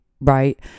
right